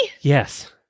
Yes